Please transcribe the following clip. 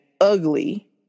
ugly